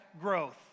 growth